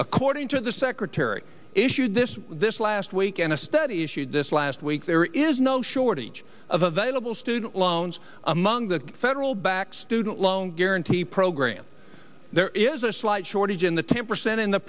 according to the secretary issued this this last week and a study issued this last week there is no shortage of available student loans among the federal back student loan guarantee program there is a slight shortage in the ten percent in the